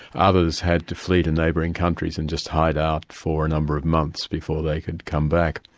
others had to flee to neighbouring countries and just hide out for a number of months before they could come back.